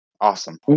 Awesome